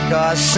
Cause